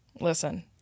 Listen